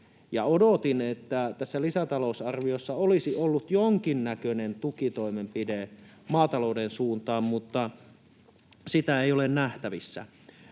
Odotin, että tässä lisätalousarviossa olisi ollut jonkinnäköinen tukitoimenpide maatalouden suuntaan, mutta sitä ei ole nähtävissä.